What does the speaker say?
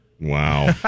Wow